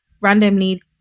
randomly